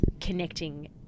connecting